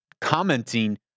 commenting